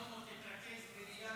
אדוני היושב-ראש, כנסת נכבדה,